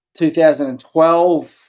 2012